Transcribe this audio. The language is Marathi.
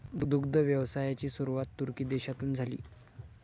दुग्ध व्यवसायाची सुरुवात तुर्की देशातून झाली